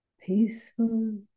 peaceful